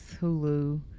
Hulu